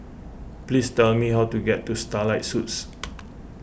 please tell me how to get to Starlight Suites